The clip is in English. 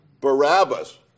Barabbas